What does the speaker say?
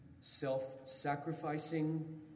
self-sacrificing